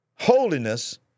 holiness